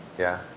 yeah.